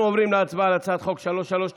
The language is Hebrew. אנחנו עוברים להצבעה על הצעת חוק 3321/24,